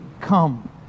come